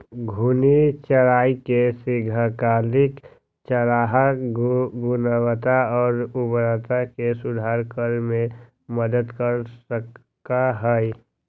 घूर्णी चराई दीर्घकालिक चारागाह गुणवत्ता और उर्वरता में सुधार करे में मदद कर सका हई